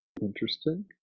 Interesting